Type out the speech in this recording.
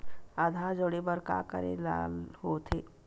आधार जोड़े बर का करे ला होथे?